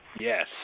Yes